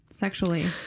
Sexually